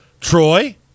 Troy